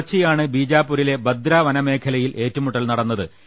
പുലർച്ചെയാണ് ബീജാപൂരിലെ ബദ്ര വന മേഖലയിൽ ഏറ്റുമു ട്ടൽ നടന്നത്